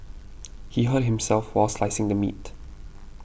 he hurt himself while slicing the meat